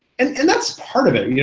and and that's part of it,